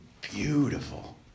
beautiful